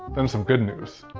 then some good news.